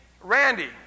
Randy